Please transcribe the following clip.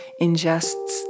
ingests